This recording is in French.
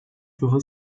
sera